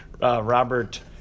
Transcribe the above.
Robert